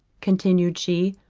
continued she,